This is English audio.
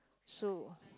so